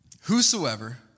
whosoever